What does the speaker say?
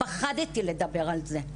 פחדתי לדבר על זה,